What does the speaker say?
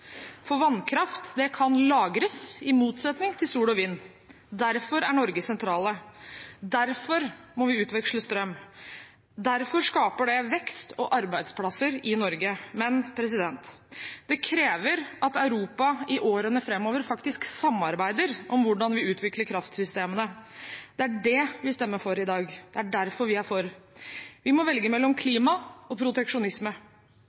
for vannkraft kan lagres, i motsetning til sol og vind. Derfor er Norge sentrale. Derfor må vi utveksle strøm. Derfor skaper det vekst og arbeidsplasser i Norge. Men det krever at Europa i årene framover faktisk samarbeider om hvordan vi utvikler kraftsystemene. Det er det vi stemmer for i dag. Det er derfor vi er for. Vi må velge mellom